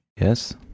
Yes